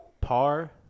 Par